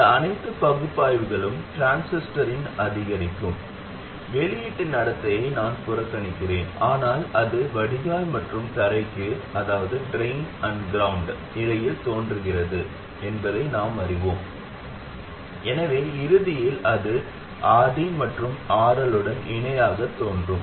இந்த அனைத்து பகுப்பாய்வுகளிலும் டிரான்சிஸ்டரின் அதிகரிக்கும் வெளியீட்டு நடத்தையை நான் புறக்கணிக்கிறேன் ஆனால் அது வடிகால் மற்றும் தரைக்கு இடையில் தோன்றுகிறது என்பதை நாம் அறிவோம் எனவே இறுதியில் அது RD மற்றும் RL உடன் இணையாக தோன்றும்